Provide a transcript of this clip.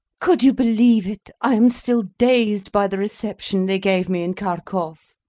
could you believe it? i am still dazed by the reception they gave me in kharkoff.